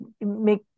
make